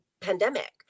pandemic